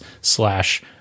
slash